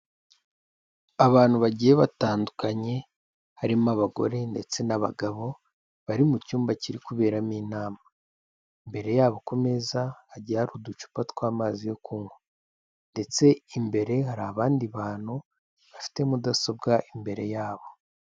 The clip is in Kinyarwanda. Abantu bagiye batandukanye harimo abagore ndetse n'abagabo, bari mu cyumba kiri kuberamo inama, imbere yabo ku meza hagiye hari uducupa tw'amazi yo kunywa, ndetse imbere hari abandi bantu bafite mudasobwa imbere yabo.